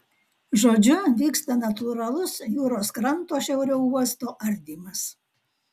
žodžiu vyksta natūralus jūros kranto šiauriau uosto ardymas